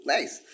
Nice